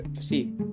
see